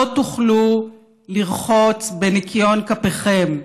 לא תוכלו לרחוץ בניקיון כפיכם.